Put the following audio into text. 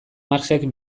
marxek